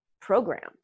programmed